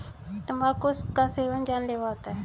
तंबाकू का सेवन जानलेवा होता है